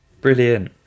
brilliant